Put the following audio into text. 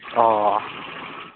ꯑꯣ